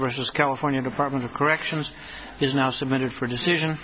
versus california department of corrections is now submitted for decision